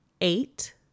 eight